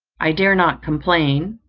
i dare not complain,